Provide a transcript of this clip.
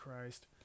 Christ